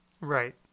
Right